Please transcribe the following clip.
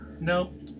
Nope